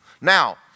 Now